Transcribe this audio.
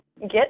get